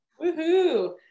Woohoo